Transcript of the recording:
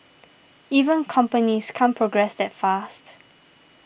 even companies can't progress that fast